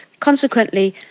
consequently,